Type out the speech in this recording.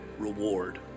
reward